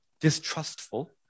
distrustful